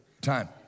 time